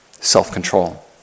self-control